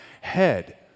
head